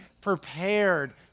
prepared